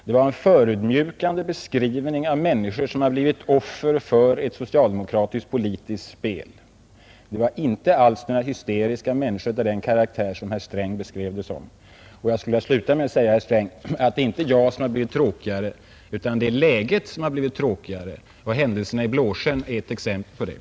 Det var en förödmjukande beskrivning av människor som blivit offer för ett socialdemokratiskt politiskt spel. De var inte alls några hysteriska människor av den karaktär som herr Sträng beskrev. Jag skulle vilja sluta med att till herr Sträng säga att det inte är jag som blivit tråkigare utan att det är läget som blivit tråkigare. Händelserna i Stora Blåsjön är ett exempel på detta.